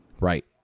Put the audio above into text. Right